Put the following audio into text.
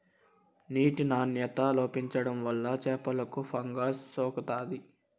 నీటి నాణ్యత లోపించడం వల్ల చేపలకు ఫంగస్ సోకుతాది